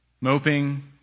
moping